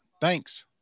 thanks